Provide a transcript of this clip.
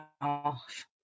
off